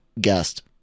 Guest